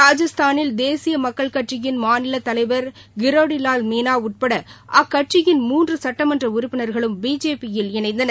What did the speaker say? ராஜஸ்தானில் தேசிய மக்கள் கட்சியின் மாநில தலைவர் கிரோடி லால் மீனா உட்பட அக்கட்சியின் மூன்று சட்டமன்ற உறுப்பினர்களும் பிஜேபியில் இணைந்தனர்